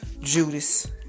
Judas